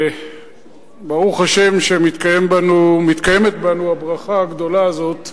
וברוך השם שמתקיימת בנו הברכה הגדולה הזאת,